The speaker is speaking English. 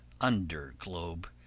under-globe